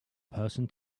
person